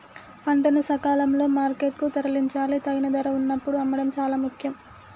పంటను సకాలంలో మార్కెట్ కు తరలించాలి, తగిన ధర వున్నప్పుడు అమ్మడం చాలా ముఖ్యం